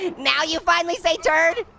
now you finally say turd?